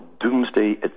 doomsday